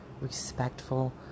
respectful